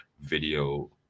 video